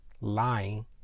lying